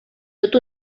tot